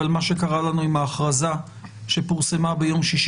מה שקרה לנו עם ההכרזה שפורסמה ביום ששי